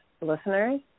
listeners